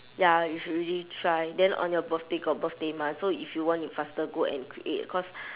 ya you should really try then on your birthday got birthday month so if you want you faster go and create cause